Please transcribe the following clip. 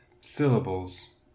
syllables